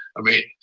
i mean,